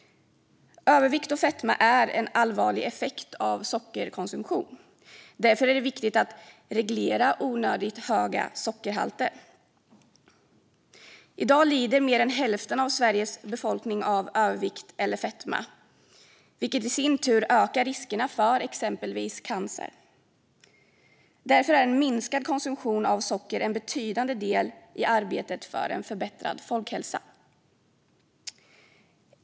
Övervikt och fetma är en allvarlig effekt av sockerkonsumtion. Därför är det viktigt att reglera onödigt höga sockerhalter. I dag lider mer än hälften av Sveriges befolkning av övervikt eller fetma, vilket i sin tur ökar riskerna för exempelvis cancer. Därför är en minskad konsumtion av socker en betydande del i arbetet för en förbättrad folkhälsa.